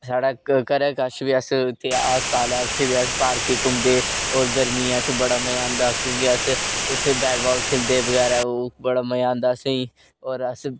साढ़ा घरे कश बी अस्पताल ऐ उत्थै बी अस पार्कै च घूमदे हे और गर्मियें च असें बड़ा मजा आंदा हा क्योंकि अस उत्थै बेटबाल खेलदे हे बगैरा बगैरा बड़ा मजा आंदा हां असेंगी और अस